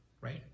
right